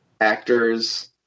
actors